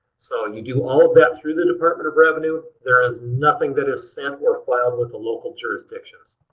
so you do all of that through the department of revenue. there is nothing that is sent or filed with the local jurisdictions.